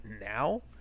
now